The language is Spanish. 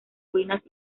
ruinas